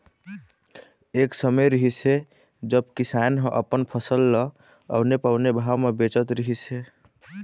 एक समे रिहिस हे जब किसान ह अपन फसल ल औने पौने भाव म बेचत रहिस हे